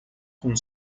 com